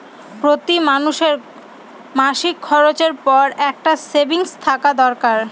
প্রতি মানুষের মাসিক খরচের পর একটা সেভিংস থাকা দরকার